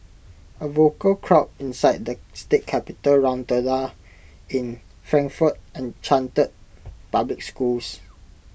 A vocal crowd inside the state capitol rotunda in Frankfort and chanted public schools